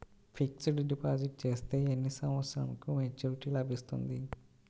Fixed deposit చేస్తే ఎన్ని సంవత్సరంకు మెచూరిటీ లభిస్తుంది?